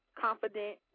confident